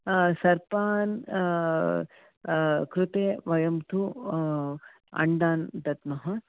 सर्पान् कृते वयं तु अण्डान् दद्मः